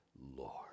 Lord